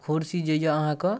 कुरसी जे अइ अहाँके